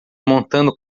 montando